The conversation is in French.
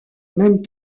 mêmes